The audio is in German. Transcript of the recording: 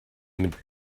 mit